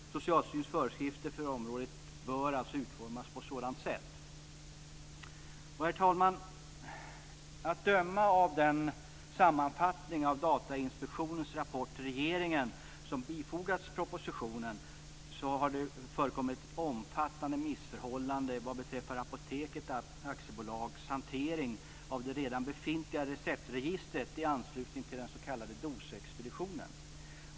Socialstyrelsens föreskrifter för området bör utformas i enlighet med detta. Herr talman! Att döma av den sammanfattning av Datainspektionens rapport till regeringen som har fogats till propositionen har det förekommit omfattande missförhållanden vad beträffar Apoteket AB:s hantering av det redan befintliga receptregistret i anslutning till den s.k. dosexpeditionen.